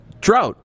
drought